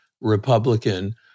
Republican